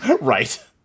Right